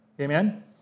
Amen